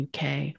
uk